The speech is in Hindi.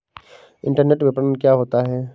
इंटरनेट विपणन क्या होता है?